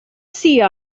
sea